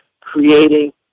creating